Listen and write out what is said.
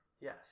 Yes